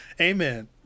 Amen